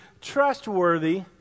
trustworthy